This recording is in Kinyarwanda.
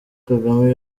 kagame